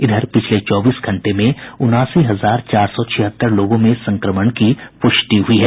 इधर पिछले चौबीस घंटे में उनासी हजार चार सौ छिहत्तर लोगों में संक्रमण की पुष्टि हुई है